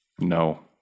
No